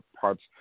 parts